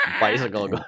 bicycle